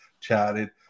chatted